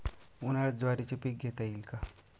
उन्हाळ्यात ज्वारीचे पीक घेता येईल का?